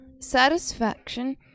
satisfaction